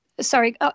Sorry